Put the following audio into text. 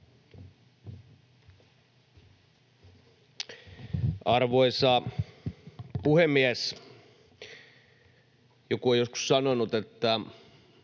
Arvoisa puhemies! Joku on joskus sanonut, että